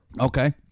okay